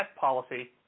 policy